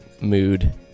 mood